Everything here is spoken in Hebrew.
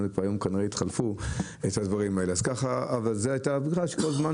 אז ככה אבל זה הייתה הבדיחה שכל זמן